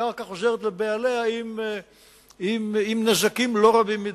והקרקע חוזרת לבעליה עם נזקים לא רבים מדי,